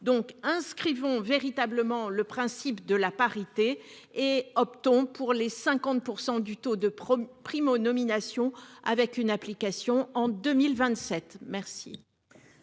donc inscrivons véritablement le principe de la parité et optons pour les 50% du taux de 1er primo nomination avec une application en 2020. Cette